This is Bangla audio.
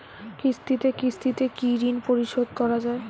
কিস্তিতে কিস্তিতে কি ঋণ পরিশোধ করা য়ায়?